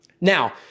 Now